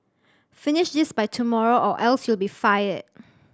finish this by tomorrow or else you'll be fired